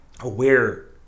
aware